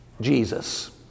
Jesus